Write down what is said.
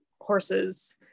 horses